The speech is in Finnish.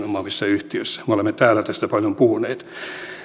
omaavissa yhtiössä me olemme täällä tästä paljon puhuneet